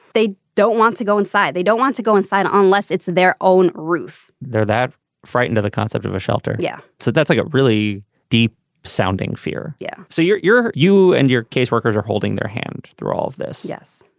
they don't want to go inside. they don't want to go inside unless it's their own roof they're that frightened of the concept of a shelter. yeah. so that's like a really deep sounding fear. yeah so you're you and your caseworkers are holding their hand through all of this. yes.